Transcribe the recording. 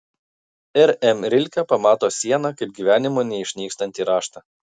r m rilke pamato sieną kaip gyvenimo neišnykstantį raštą